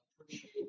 appreciate